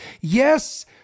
Yes